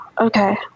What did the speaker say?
okay